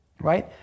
right